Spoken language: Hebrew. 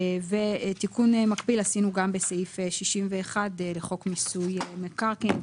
תיקון מקביל עשינו גם בסעיף 61 לחוק מיסוי מקרקעין,